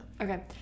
Okay